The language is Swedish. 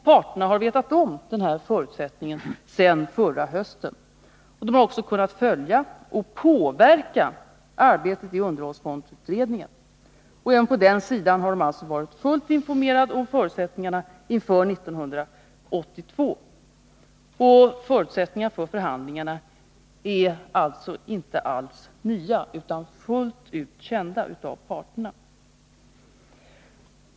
Parterna har vetat om den förutsättningen sedan förra hösten. De har också kunnat följa och påverka arbetet i underhållsfondsutredningen. Även på den sidan har de alltså varit fullständigt informerade om förutsättningarna inför 1982. Förutsättningarna för förhandlingarna är sålunda inte alls nya, utan fullt ut kända av parterna.